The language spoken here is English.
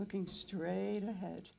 looking straight ahead